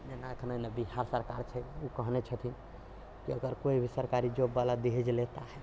जेना अखने ने बिहार सरकार जे छै ओ कहने छथिन्ह कि अगर कोइ भी सरकारी जॉब बला दहेज लेता है